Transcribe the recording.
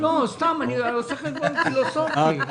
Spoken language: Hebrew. אני עושה חשבון פילוסופי.